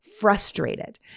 frustrated